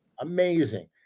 amazing